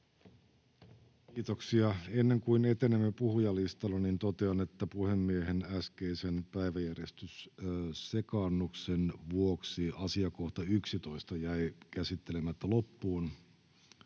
Kiitoksia. — Ennen kuin etenemme puhujalistalla, totean, että puhemiehen äskeisen päiväjärjestyssekaannuksen vuoksi asiakohta 11 jäi käsittelemättä loppuun,